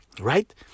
right